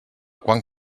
quan